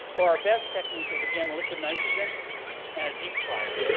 or our best technique is again, liquid nitrogen and a deep fryer.